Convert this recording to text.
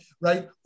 right